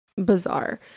Bizarre